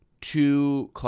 two